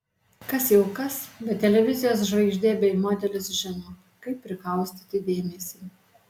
kas jau kas bet televizijos žvaigždė bei modelis žino kaip prikaustyti dėmesį